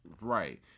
Right